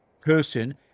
person